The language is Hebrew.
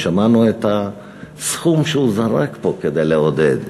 שמענו את הסכום שהוא זרק פה כדי לעודד,